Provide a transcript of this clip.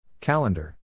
Calendar